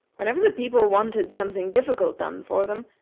whenever the people wanted something difficult done for them,